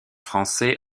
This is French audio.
français